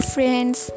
friends